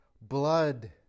Blood